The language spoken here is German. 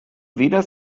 weder